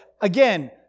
Again